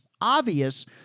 obvious